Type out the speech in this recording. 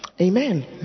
Amen